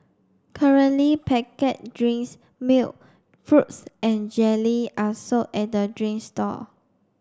currently packet drinks milk fruits and jelly are sold at the drinks stall